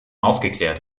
aufgeklärt